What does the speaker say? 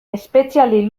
espetxealdi